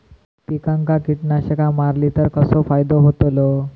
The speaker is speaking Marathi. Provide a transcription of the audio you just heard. पिकांक कीटकनाशका मारली तर कसो फायदो होतलो?